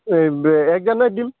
এই এক জানুৱাৰীত দিম